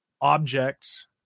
objects